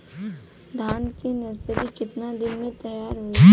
धान के नर्सरी कितना दिन में तैयार होई?